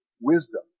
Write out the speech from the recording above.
wisdom